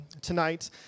tonight